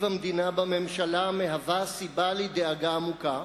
המדינה בממשלה מהווה סיבה לדאגה עמוקה.